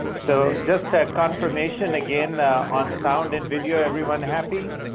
so just a confirmation, again, on sound and video, everyone happy?